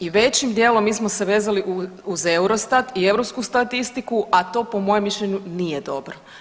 I većim dijelom mi smo se vezali uz EUROSTAT i europsku statistiku, a to po mojem mišljenju nije dobro.